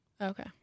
Okay